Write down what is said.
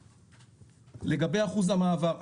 לגבי אחוז המעבר,